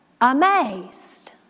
Amazed